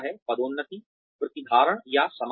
पदोन्नति प्रतिधारण या समाप्ति